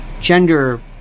gender